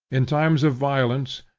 in times of violence,